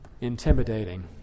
intimidating